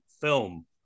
film